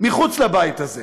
מחוץ לבית הזה,